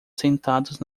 sentados